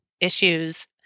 issues